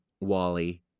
Wally